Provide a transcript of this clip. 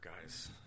guys